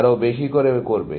আরও বেশি করে করবে